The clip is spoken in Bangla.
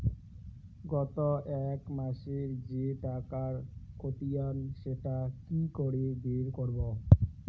গত এক মাসের যে টাকার খতিয়ান সেটা কি করে বের করব?